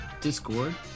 Discord